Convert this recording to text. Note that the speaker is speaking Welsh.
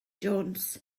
jones